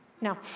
No